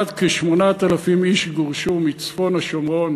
כ-8,000 איש גורשו מצפון השומרון